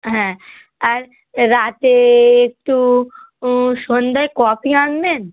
হ্যাঁ আর রাতে একটু উঁ সন্ধ্যায় কফি আনবেন